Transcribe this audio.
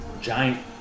Giant